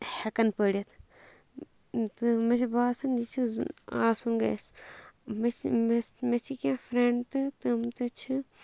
ہٮ۪کَان پٔرِتھ تہٕ مےٚ چھُ باسَان یہِ چھُ آسُن گَژھِ مےٚ چھِ مےٚ مےٚ چھِ کیٚنٛہہ فرٛنٛڈ تہٕ تِم تہِ چھِ